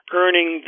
earning